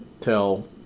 tell